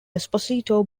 esposito